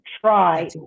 try